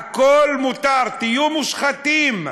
הכול מותר, תהיו מושחתים.